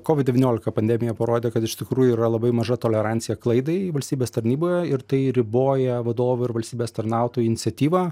covid devyniolika pandemija parodė kad iš tikrųjų yra labai maža tolerancija klaidai valstybės tarnyboje ir tai riboja vadovų ir valstybės tarnautojų iniciatyvą